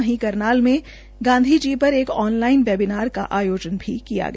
वहीं करनाल में गांधी जी पर एक आन लाइन वेबीनार का आयोजन भी किया गया